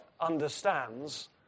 understands